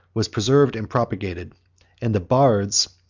was preserved and propagated and the bards,